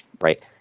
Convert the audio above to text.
Right